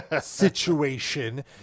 situation